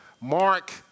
Mark